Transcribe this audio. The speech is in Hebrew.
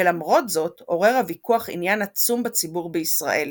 ולמרות זאת עורר הוויכוח עניין עצום בציבור בישראל.